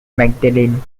magdalene